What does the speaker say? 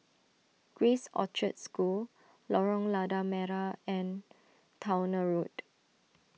Grace Orchard School Lorong Lada Merah and Towner Road